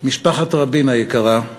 משפחת רבין היקרה,